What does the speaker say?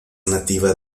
nativa